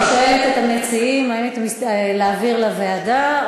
אני שואלת את המציעים: להעביר לוועדה,